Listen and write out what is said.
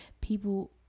people